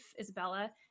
Isabella